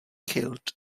killed